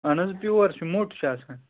اہَن حَظ پیوٚر چھُ مۄٹ چھُ آسان